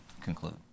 conclude